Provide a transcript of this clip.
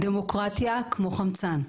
דמוקרטיה כמו חמצן.